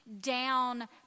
down